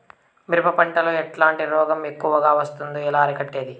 మిరప పంట లో ఎట్లాంటి రోగం ఎక్కువగా వస్తుంది? ఎలా అరికట్టేది?